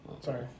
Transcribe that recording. Sorry